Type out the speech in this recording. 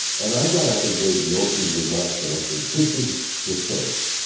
and i got up and gave the opening remarks and i said, this is historic.